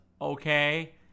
okay